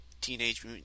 Teenage